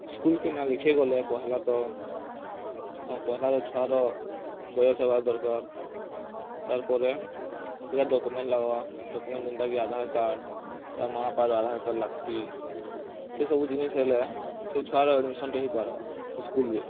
ସ୍କୁଲ୍କେ ନାଁ ଲେଖେଇଗଲେ ପହେଲା ତ ପହେଲା ତ ଛୁଆର ବୟସ୍ ହେବାର୍ ଦର୍କାର୍ ତାର୍ ପରେ୍ ସେଟାର୍ ଡକୁମେଣ୍ଟ୍ ଲାଗବା୍ ଡକୁମେଣ୍ଟ୍ ଯେନ୍ତା କି ଆଧାର୍ କାର୍ଡ଼୍ ତାର୍ ମା' ବାପାର ଆଧାର୍ କାର୍ଡ଼୍ ଲାଗ୍ସି ସେ ସବୁ ଜିନିଷ୍ ହେଲେ ସେ ଛୁଆର ଏଡ଼ମିସନ୍ଟେ ହେଇ ପାର୍ବା ସେ ସ୍କୁଲ୍ରେ